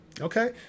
Okay